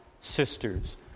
sisters